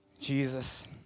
Jesus